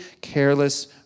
careless